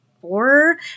four